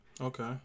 Okay